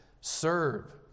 Serve